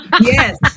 Yes